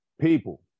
People